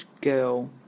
girl